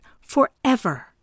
forever